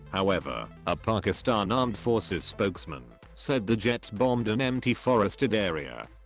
however, a pakistan armed forces spokesman, said the jets bombed an empty forested area.